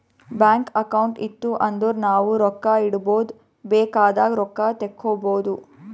bank account ಇತ್ತು ಅಂದುರ್ ನಾವು ರೊಕ್ಕಾ ಇಡ್ಬೋದ್ ಬೇಕ್ ಆದಾಗ್ ರೊಕ್ಕಾ ತೇಕ್ಕೋಬೋದು